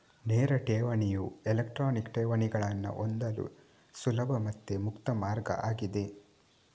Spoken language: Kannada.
ನೇರ ಠೇವಣಿಯು ಎಲೆಕ್ಟ್ರಾನಿಕ್ ಠೇವಣಿಗಳನ್ನ ಹೊಂದಲು ಸುಲಭ ಮತ್ತೆ ಮುಕ್ತ ಮಾರ್ಗ ಆಗಿದೆ